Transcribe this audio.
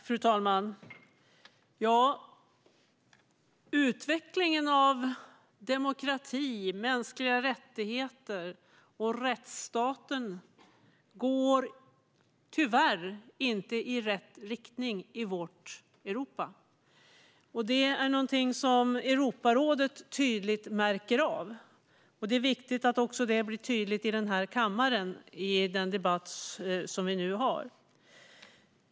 Fru talman! Ja, utvecklingen av demokrati, mänskliga rättigheter och rättsstaten går tyvärr inte i rätt riktning i vårt Europa. Det är någonting som Europarådet tydligt märker av. Det är viktigt att det också blir tydligt i denna kammare, i den debatt som vi nu har.